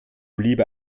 lieber